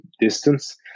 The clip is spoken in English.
distance